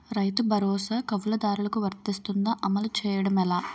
రైతు భరోసా కవులుదారులకు వర్తిస్తుందా? అమలు చేయడం ఎలా